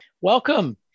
Welcome